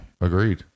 agreed